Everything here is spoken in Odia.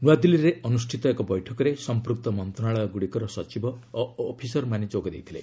ନୂଆଦିଲ୍ଲୀରେ ଅନୁଷ୍ଠିତ ଏକ ବୈଠକରେ ସମ୍ପୁକ୍ତ ମନ୍ତ୍ରଣାଳୟଗୁଡ଼ିକର ସଚିବ ଓ ଅଫିସରମାନେ ଯୋଗ ଦେଇଥିଲେ